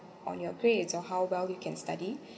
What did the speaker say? on your grades or how well you can study